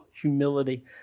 humility